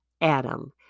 Adam